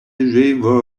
river